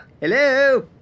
Hello